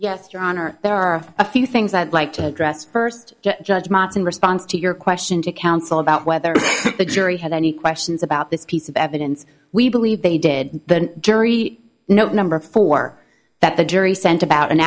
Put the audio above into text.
honor there are a few things i'd like to address first judgments in response to your question to counsel about whether the jury had any questions about this piece of evidence we believe they did the jury note number four that the jury sent about an